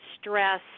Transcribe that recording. stress